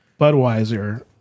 Budweiser